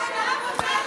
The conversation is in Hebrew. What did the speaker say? את רוצה,